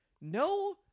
no